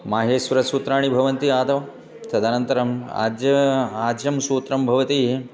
माहेश्वरसूत्राणि भवन्ति आदौ तदनन्तरं आद्यं आद्यं सूत्रं भवति